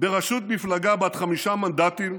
בראשות מפלגה בת חמישה מנדטים,